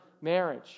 marriage